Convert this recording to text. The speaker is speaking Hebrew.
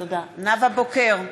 נאוה בוקר,